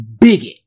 bigot